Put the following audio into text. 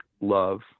love